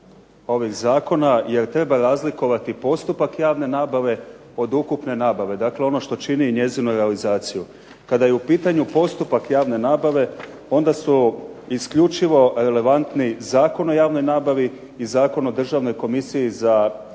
ovih zakona, jer treba razlikovati postupak javne nabave od ukupne nabave. Dakle, ono što čini i njezinu realizaciju. Kada je u pitanju postupak javne nabave onda su isključivo relevantni Zakon o javnoj nabavi i Zakon o Državnoj komisiji za kontrolu